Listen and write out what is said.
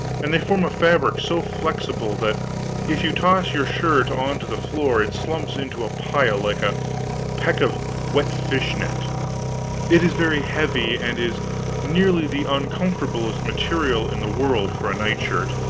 and they form a fabric so flexible that if you toss your shirt onto the floor, it slumps into a pile like a peck of wet fish-net it is very heavy and is nearly the uncomfortablest material in the world for a night shirt,